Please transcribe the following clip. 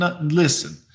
Listen